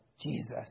Jesus